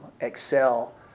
excel